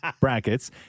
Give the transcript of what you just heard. brackets